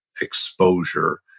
exposure